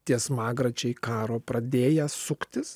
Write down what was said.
tie smagračiai karo pradėję suktis